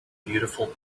beautiful